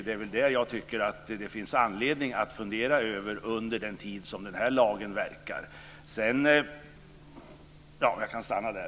Det är väl det som jag tycker att det finns anledning att fundera över under den tid som den här lagen verkar.